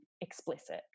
explicit